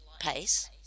PACE